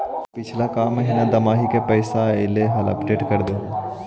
पिछला का महिना दमाहि में पैसा ऐले हाल अपडेट कर देहुन?